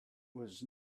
was